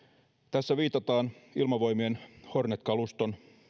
tässä viitataan ilmavoimien hornet kaluston